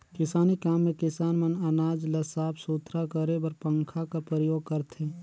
किसानी काम मे किसान मन अनाज ल साफ सुथरा करे बर पंखा कर परियोग करथे